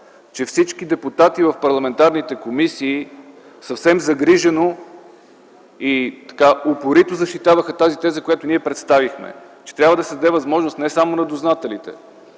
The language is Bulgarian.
че всички депутати в парламентарните комисии съвсем загрижено и упорито защитаваха тази теза, която ние представихме – че трябва да се даде възможност не само на дознателите,